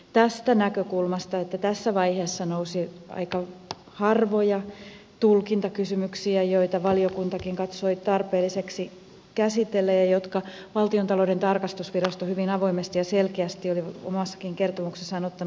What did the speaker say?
tästä näkökulmasta tässä vaiheessa nousi aika harvoja tulkintakysymyksiä joita valiokuntakin katsoi tarpeelliseksi käsitellä ja jotka valtiontalouden tarkastusvirasto hyvin avoimesti ja selkeästi oli omassakin kertomuksessaan ottanut esiin